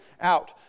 out